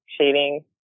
shading